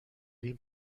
این